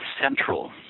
central